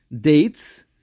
dates